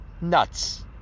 Nuts